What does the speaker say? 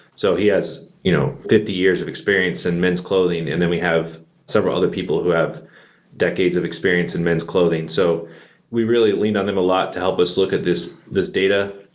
so he has you know fifty years of experience in men's clothing and then we have several other people who have decades of experience in men's clothing. so we really lean on them a lot to help us look at this this data,